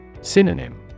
Synonym